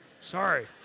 sorry